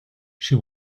she